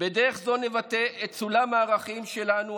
בדרך זו נבטא את סולם הערכים שלנו,